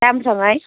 Samsung है